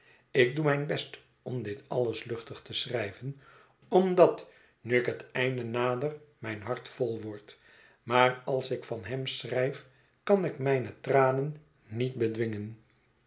ik doe mijn best om dit alles luchtig te schrijven omdat nu ik het einde nader mijn hart vol wordt maar als ik van hem schrijf kan ik mijne tranen niet bedwingen